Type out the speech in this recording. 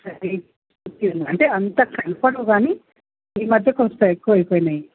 అది అంటే అంత కనపడవు కానీ ఈ మధ్య కొంచెం ఎక్కువ అయిపోయినాయి